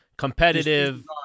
competitive